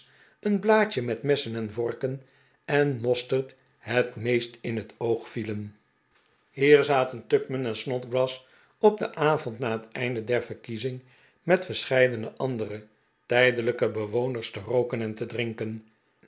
een blaadje met messen en vorken en de mosterd het meest in het oog vielen hier zaten tupman en snodgrass op den avond na het einde der verkiezing met verscheidene andere tijdelijke bewoners te rooken en te drinken